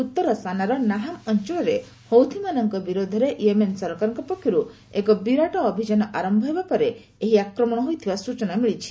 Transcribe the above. ଉତ୍ତର ସାନାର ନାହାମ୍ ଅଞ୍ଚଳରେ ହୌଥିସମାନଙ୍କ ବିରୋଧରେ ୟେମେନ୍ ସରକାରଙ୍କ ପକ୍ଷରୁ ଏକ ବିରାଟ ଅଭିଯାନ ଆରମ୍ଭ ହେବା ପରେ ଏହି ଆକ୍ରମଣ ହୋଇଥିବା ସୂଚନା ମିଳିଛି